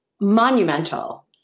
monumental